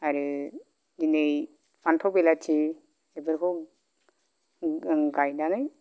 आरो दिनै फान्थाव बिलाथि बेफोरखौ आं गायनानै